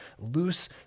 loose